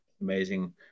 amazing